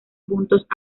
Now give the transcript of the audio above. juntos